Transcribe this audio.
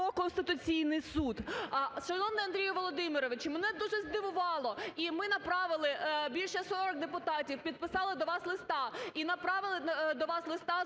Конституційний Суд". Шановний Андрію Володимировичу, мене дуже здивувало, і ми направили, більше 40 депутатів підписали до вас листа і направили до вас листа